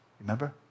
Remember